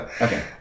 okay